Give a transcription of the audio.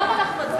נא להצביע.